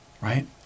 right